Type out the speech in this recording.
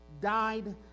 died